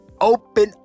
open